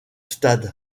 stade